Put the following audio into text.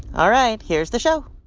all right. here's the show